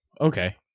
Okay